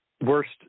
worst